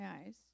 eyes